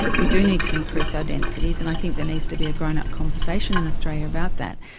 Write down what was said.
we do need to increase our densities, and i think there needs to be a grown-up conversation in australia about that.